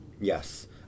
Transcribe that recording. Yes